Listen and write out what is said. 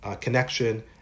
connection